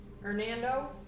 Hernando